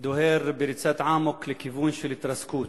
דוהר בריצת אמוק לכיוון של התרסקות.